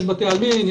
בתי עלמין,